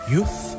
Youth